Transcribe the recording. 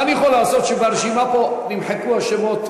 מה אני יכול לעשות שברשימה פה נמחקו השמות?